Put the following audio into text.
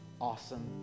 awesome